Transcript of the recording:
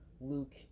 luke